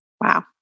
Wow